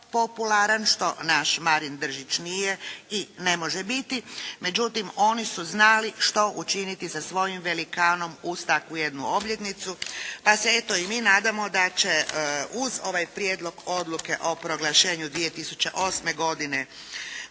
popularan, što naš Marin Držić i ne može biti. Međutim oni su znali što učiniti sa svojim velikanom uz takvu jednu obljetnicu. Pa se eto i mi nadamo da će uz ovaj Prijedlog odluke o proglašenju 2008. godine